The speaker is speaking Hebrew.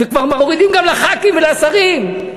וכבר מורידים גם לחברי הכנסת ולשרים,